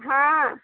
हाँ